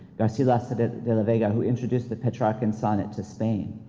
garcilaso de de la vega who introduced the petrarchan sonnet to spain.